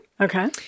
Okay